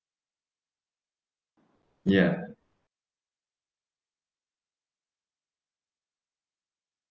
ya